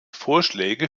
vorschläge